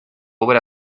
obra